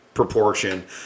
proportion